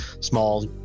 small